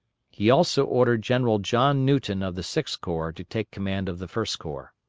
he also ordered general john newton of the sixth corps to take command of the first corps.